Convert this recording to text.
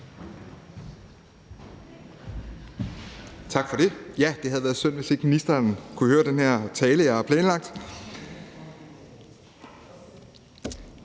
Tak for det. Ja, det havde været synd, hvis ikke ministeren kunne få hørt den tale, jeg har planlagt